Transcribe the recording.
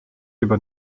über